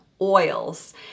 oils